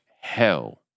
hell